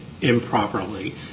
improperly